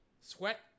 sweat